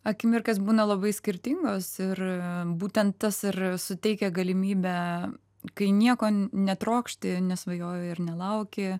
akimirkos būna labai skirtingos ir būtent tas ir suteikia galimybę kai nieko netrokšti nesvajoji ir nelauki